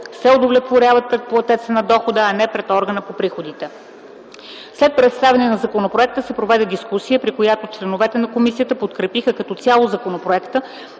се удостоверяват пред платеца на дохода, а не пред органа по приходите. След представяне на законопроекта се проведе дискусия, при която членовете на комисията подкрепиха като цяло законопроекта,